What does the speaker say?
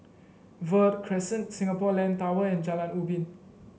Verde Crescent Singapore Land Tower and Jalan Ubin